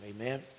amen